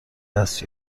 دست